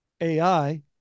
AI